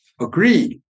Agreed